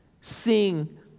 sing